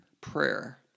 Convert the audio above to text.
prayer